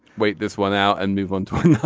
wait this one out and move on.